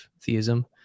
theism